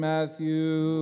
Matthew